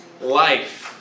life